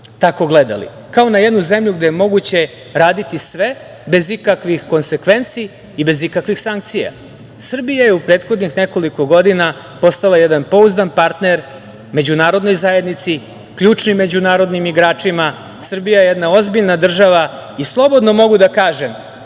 tako gledali, kao na jednu zemlju gde je moguće raditi sve, bez ikakvih konsekvenci i bez ikakvih sankcija. Srbija je u prethodnih nekoliko godina postala jedan pouzdan partner međunarodnoj zajednici, ključnim međunarodnim igračima. Srbija je jedna ozbiljna država i slobodno mogu da kažem,